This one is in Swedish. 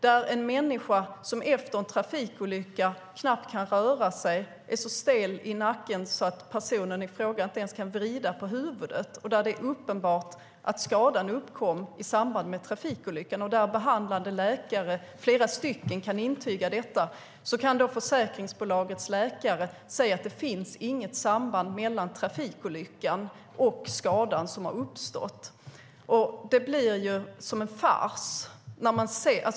När en människa efter en trafikolycka knappt kan röra sig och är så stel i nacken att personen i fråga inte ens kan vrida på huvudet, när det är uppenbart att skadan uppkom i samband med trafikolyckan och när flera behandlande läkare kan intyga detta, då kan försäkringsbolagets läkare ändå säga att det inte finns något samband mellan trafikolyckan och den skada som uppstått. Det blir som en fars.